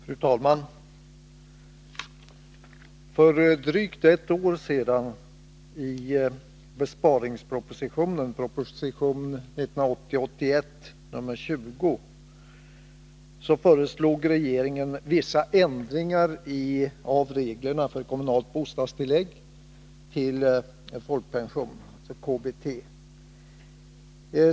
Fru talman! För drygt ett år sedan — i besparingspropositionen 1980/81:20— föreslog regeringen vissa ändringar av reglerna för kommunalt bostadstillägg till folkpension, KBT.